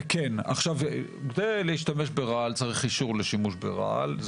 עכשיו, כדי להשתמש ברעל צריך אישור לשימוש ברעל.